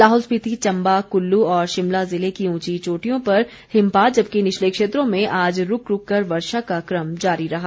लाहौल स्पिति चम्बा कुल्लू और शिमला जिले की उंची चोटियों पर हिमपात जबकि निचले क्षेत्रों में आज रूक रूक कर वर्षा का क्रम जारी रहा